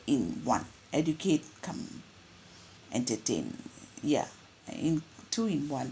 in one educate cum entertain yeah and in two in one